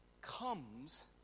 comes